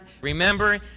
Remember